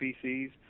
species